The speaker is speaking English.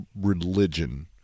religion